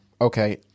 Okay